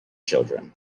children